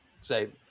say